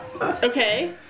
Okay